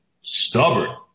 stubborn